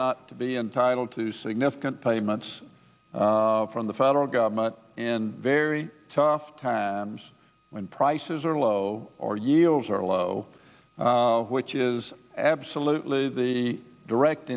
to be entitled to significant payments from the federal government in very tough times when prices are low or yields are low which is absolutely the direct